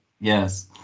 yes